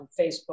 Facebook